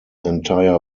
entire